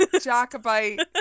Jacobite